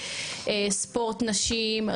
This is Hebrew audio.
ספורט נשים,